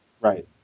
Right